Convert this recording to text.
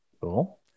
Cool